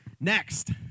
Next